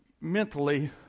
mentally